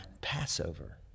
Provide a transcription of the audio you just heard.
Passover